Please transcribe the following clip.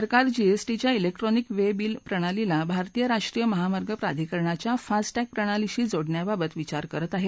सरकार जीएसटीच्या electronic way bill प्रणालीला भारतीय राष्ट्रीय महामार्ग प्राधिकरणाच्या फास्टॅग प्रणालीशी जोडण्याबाबत विचार करत आहे